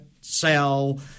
sell